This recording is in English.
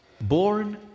born